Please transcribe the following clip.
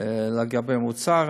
לגבי המוצר,